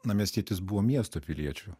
na miestietis buvo miesto piliečiu